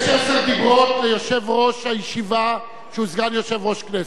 יש עשרה דיברות ליושב-ראש הישיבה שהוא סגן יושב-ראש הכנסת.